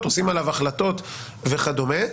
עושים עליו החלטות וכדומה,